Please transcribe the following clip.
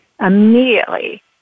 immediately